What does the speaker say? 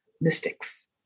mystics